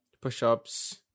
push-ups